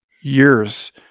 years